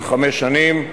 של חמש שנים,